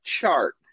chart